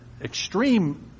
extreme